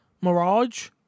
Mirage